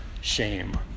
shame